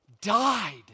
died